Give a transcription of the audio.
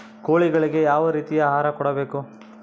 ಕೋಳಿಗಳಿಗೆ ಯಾವ ರೇತಿಯ ಆಹಾರ ಕೊಡಬೇಕು?